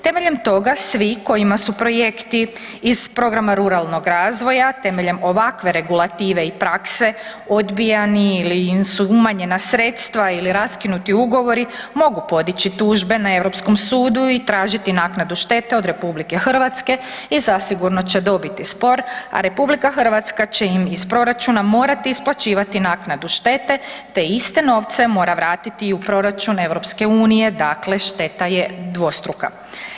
Temeljem toga svi kojima su projekti iz Programa ruralnog razvoja temeljem ovakve regulative i prakse, odbijani ili su umanjena sredstva ili raskinuti ugovori, mogu podići tužbe na europskom sudu i tražiti naknadu štete od RH i zasigurno će dobiti sport, a RH će im iz proračuna morati isplaćivati naknadu štete te iste novce mora vratiti i u proračun EU, dakle šteta je dvostruka.